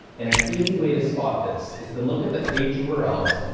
and an easy way to spot this is to look at the page urls,